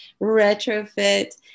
retrofit